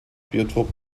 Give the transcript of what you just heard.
biotop